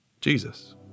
Jesus